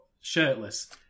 shirtless